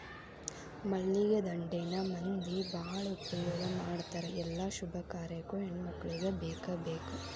ಮಲ್ಲಿಗೆ ದಂಡೆನ ಮಂದಿ ಬಾಳ ಉಪಯೋಗ ಮಾಡತಾರ ಎಲ್ಲಾ ಶುಭ ಕಾರ್ಯಕ್ಕು ಹೆಣ್ಮಕ್ಕಳಿಗೆ ಬೇಕಬೇಕ